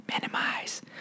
minimize